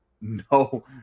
no